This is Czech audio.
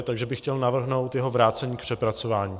Takže bych chtěl navrhnout jeho vrácení k přepracování.